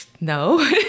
no